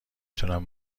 تونم